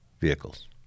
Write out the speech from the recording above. vehicles